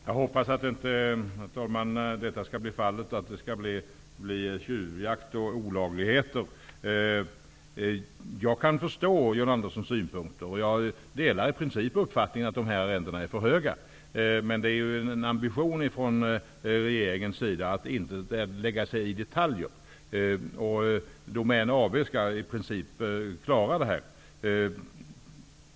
Herr talman! Jag hoppas inte att vi skall få tjuvjakt och olagligheter. Jag kan förstå John Anderssons synpunkter. Jag delar i princip uppfattningen att de här arrendena är för höga. Det är dock en ambition ifrån regeringens sida att inte lägga sig i detaljer. Domän AB skall i princip klara av det här.